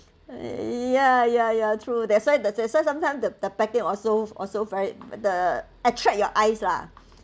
ya ya ya true that's why the that's why sometime the the packing also also very the attract your eyes lah